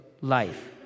life